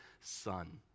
son